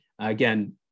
Again